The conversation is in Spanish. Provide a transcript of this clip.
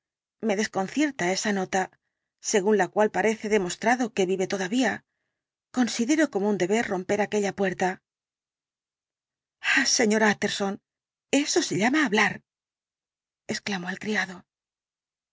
me desconcierta esa nota según la cual parece demostrado que vive todavía considero como un deber romper aquella puerta ah sr tjtterson eso se llama hablar exclamó el criado